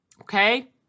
okay